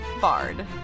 bard